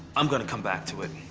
i'm going to come back to it.